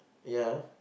ya